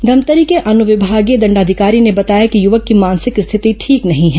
धमतरी के अनुविभागीय दंडाधिकारी ने बताया कि युवक की मानसिक स्थिति ठीक नहीं है